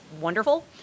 wonderful